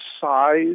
size